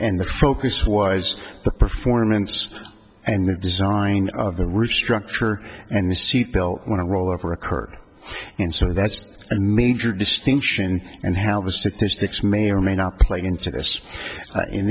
and the focus was the performance and the design of the roof structure and the seat belt want to roll over occurred and so that's a major distinction and how the statistics may or may not play into this